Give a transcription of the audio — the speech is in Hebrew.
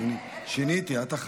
את אחריו.